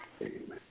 Amen